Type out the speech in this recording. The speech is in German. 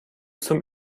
zum